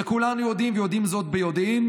כשכולנו יודעים ועושים זאת ביודעין